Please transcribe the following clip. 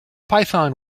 python